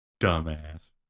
Dumbass